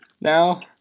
now